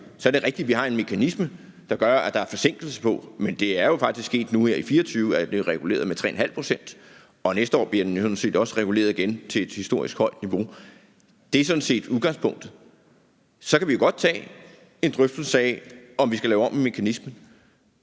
Så er det rigtigt, at vi har en mekanisme, der gør, at der er forsinkelse på, men det er jo faktisk sket nu her i 2024, at den er blevet reguleret med 3½ pct., og næste år bliver den sådan set også reguleret igen til et historisk højt niveau. Det er sådan set udgangspunktet. Så kan vi jo godt tage en drøftelse af, om vi skal lave om i mekanismen.